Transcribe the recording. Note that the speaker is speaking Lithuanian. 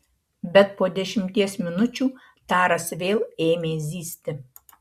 bet po dešimties minučių taras vėl ėmė zyzti